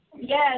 Yes